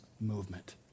movement